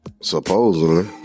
Supposedly